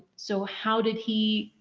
so how did he,